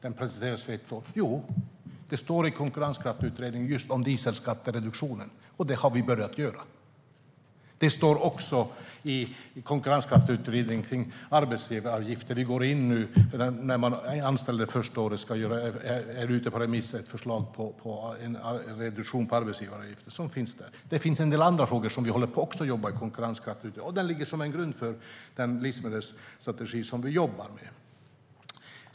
Den presenterades för ett år sedan. Det står i Konkurrenskraftsutredningen just om dieselskattereduktionen, och detta har vi börjat göra. Det står också om arbetsgivaravgifter i utredningen. Ett förslag är nu ute på remiss om en reduktion på arbetsgivaravgiften när man anställer det första året. Det finns med där. Det finns också en del andra frågor som vi håller på att jobba med i Konkurrenskraftsutredningen. Den ligger som grund för den livsmedelsstrategi som vi jobbar med.